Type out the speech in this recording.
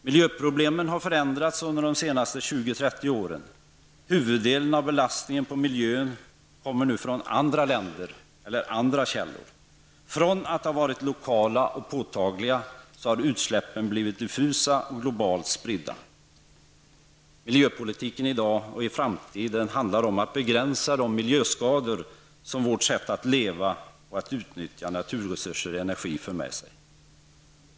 Miljöproblemen har förändrats under de senaste 20--30 åren. Huvuddelen av belastningen på miljön kommer nu från andra länder eller andra källor. Från att ha varit lokala och påtagliga har utsläppen blivit diffusa och globalt spridda. Miljöpolitiken i dag och i framtiden handlar om att begränsa de miljöskador som vårt sätt att leva och att utnyttja naturresurser och energi för med sig.